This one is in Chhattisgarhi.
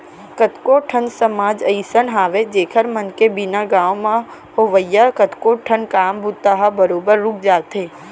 कतको ठन समाज अइसन हावय जेखर मन के बिना गाँव म होवइया कतको ठन काम बूता ह बरोबर रुक जाथे